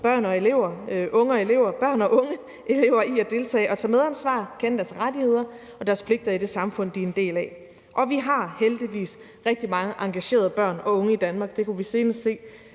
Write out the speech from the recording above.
børn og unge i at deltage, tage medansvar og kende deres rettigheder og pligter i det samfund, de er en del af. Vi har heldigvis rigtig mange engagerede børn og unge i Danmark. Det kunne vi senest se